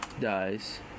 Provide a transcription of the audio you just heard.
Dies